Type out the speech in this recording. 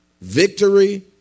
victory